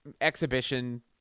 Exhibition